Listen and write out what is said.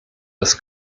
des